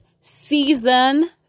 season